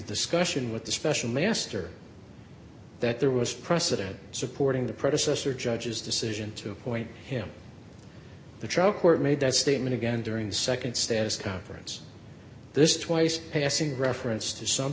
scotian with the special master that there was precedent supporting the predecessor judge's decision to appoint him the trial court made that statement again during nd status conference this twice passing reference to some